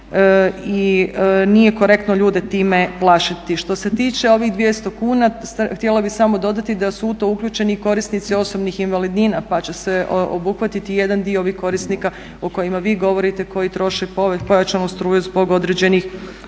i nije korektno ljude time plašiti. Što se tiče ovih 200 kuna htjela bi samo dodati da su u to uključeni i korisnici osobnih invalidnina, pa će se obuhvatiti i jedan dio ovih korisnika o kojima vi govorite, koji troše pojačanu struju zbog određenih pomagala